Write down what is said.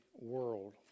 world